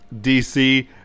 DC